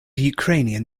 ukrainian